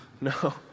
No